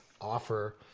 offer